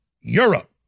Europe